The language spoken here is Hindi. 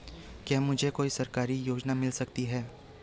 क्या मुझे कोई सरकारी योजना मिल सकती है?